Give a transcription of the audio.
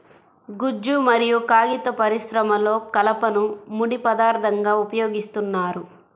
గుజ్జు మరియు కాగిత పరిశ్రమలో కలపను ముడి పదార్థంగా ఉపయోగిస్తున్నారు